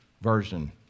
version